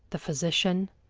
the physician,